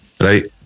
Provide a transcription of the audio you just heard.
right